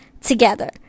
together